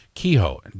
Kehoe